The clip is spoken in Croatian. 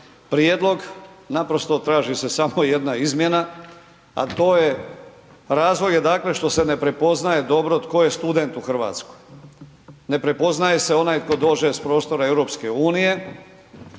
prijedlog, naprosto traži se samo jedna izmjena, a to je razlog je dakle što se ne prepoznaje dobro tko je student u Hrvatskoj. Ne prepoznaje se onaj tko dođe s prostora EU, student